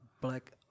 Black